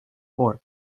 fork